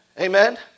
Amen